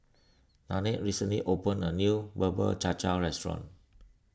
Nannette recently opened a new Bubur Cha Cha Restaurant